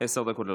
עשר דקות לרשותך.